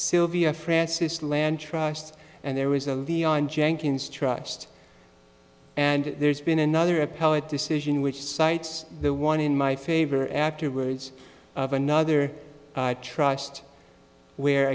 sylvia francis land trust and there was a leon jenkins trust and there's been another appellate decision which cites the one in my favor afterwards of another trust where